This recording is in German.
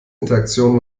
interaktion